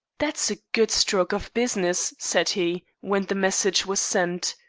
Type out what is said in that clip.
that's a good stroke of business, said he, when the message was sent.